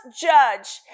judge